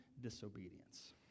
disobedience